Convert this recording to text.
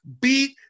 Beat